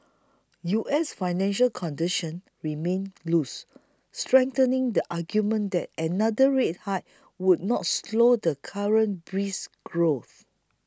U S financial conditions remain loose strengthening the argument that another rate high would not slow the current brisk growth